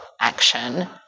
action